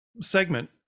segment